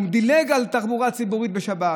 הוא דילג על תחבורה ציבורית בשבת,